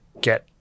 get